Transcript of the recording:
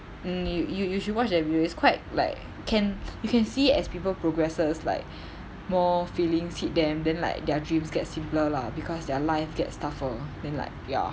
mm you you you should watch that video it's quite like can you can see as people progresses like more feelings hit them then like their dreams get simpler lah because their lives get tougher then like ya